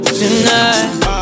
tonight